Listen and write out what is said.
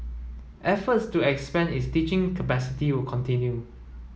efforts to expand its teaching capacity will continue